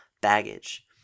baggage